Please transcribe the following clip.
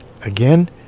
Again